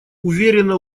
уверенно